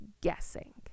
guessing